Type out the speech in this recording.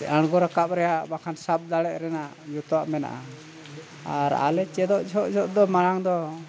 ᱟᱬᱜᱚ ᱨᱟᱠᱟᱵ ᱨᱮᱭᱟᱜ ᱵᱟᱠᱷᱟᱱ ᱥᱟᱵ ᱫᱟᱲᱮᱭᱟᱜ ᱨᱮᱱᱟᱜ ᱡᱚᱛᱚᱣᱟᱜ ᱢᱮᱱᱟᱜᱼᱟ ᱟᱨ ᱟᱞᱮ ᱪᱮᱫᱚᱜ ᱡᱚᱠᱷᱚᱱ ᱡᱚᱠᱷᱚᱱ ᱢᱟᱲᱟᱝ ᱫᱚ